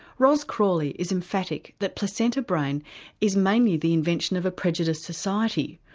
ros crawley is emphatic that placenta brain is mainly the invention of a prejudiced society,